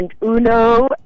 uno